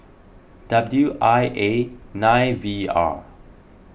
W I A nine V R